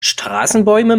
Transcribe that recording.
straßenbäume